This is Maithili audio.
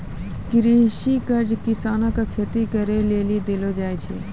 कृषि कर्ज किसानो के खेती करे लेली देलो जाय छै